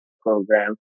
program